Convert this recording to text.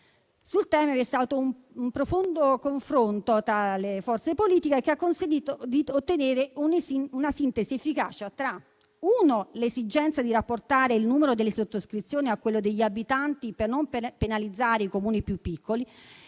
Sul tema vi è stato un profondo confronto tra le forze politiche che ha consentito di ottenere una sintesi efficace tra l'esigenza di rapportare il numero delle sottoscrizioni a quello degli abitanti per non penalizzare i Comuni più piccoli